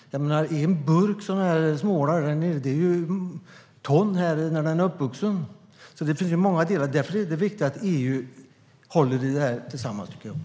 En burk småålar är ton här när de är uppvuxna. Det finns alltså många delar. Därför är det viktigt att EU håller i det här, tycker jag.